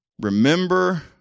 Remember